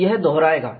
तो यह दोहराएगा